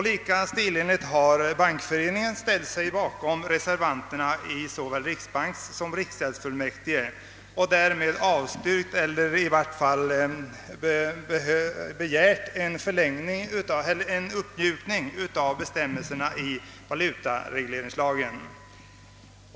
Lika stilenligt har Bankföreningen ställt sig bakom reservanterna i såväl riksbankssom riksgäldsfullmäktige och därmed avstyrkt förlängning eller i varje fall begärt en uppmjukning av bestämmelserna i valutaförordningen.